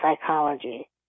psychology